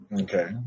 Okay